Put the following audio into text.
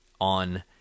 on